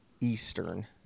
Eastern